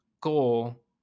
goal